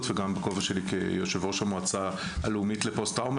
וגם בכובע שלי כיושב ראש המועצה הלאומית לפוסט-טראומה,